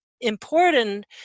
important